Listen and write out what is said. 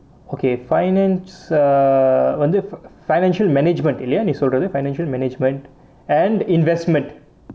okay finance err வந்து:vanthu financial management இல்லையா நீ சொல்றது:illaiyaa nee solrathu financial management and investment